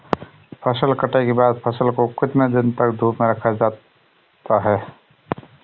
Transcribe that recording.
फसल कटाई के बाद फ़सल को कितने दिन तक धूप में रखा जाता है?